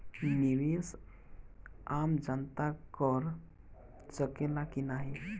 निवेस आम जनता कर सकेला की नाहीं?